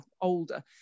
older